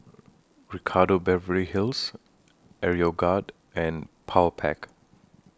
Ricardo Beverly Hills Aeroguard and Powerpac